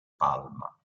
palma